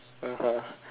(uh huh)